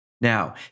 Now